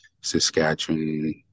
Saskatchewan